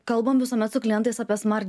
kalbam visuomet su klientais apie smart